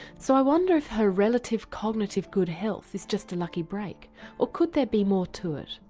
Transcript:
so i wonder if her relative cognitive good health is just a lucky break or could there be more to it.